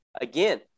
again